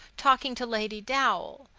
talking to lady dowle.